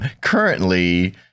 currently